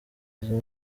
izo